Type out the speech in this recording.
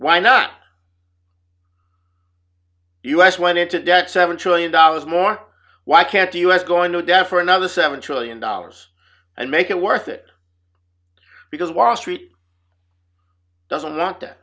why not us went into debt seven trillion dollars more why can't the us going to death for another seven trillion dollars and make it worth it because wall street doesn't want that